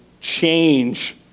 change